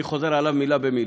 אני חוזר עליו מילה במילה,